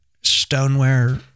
stoneware